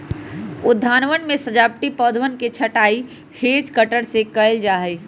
उद्यानवन में सजावटी पौधवन के छँटाई हैज कटर से कइल जाहई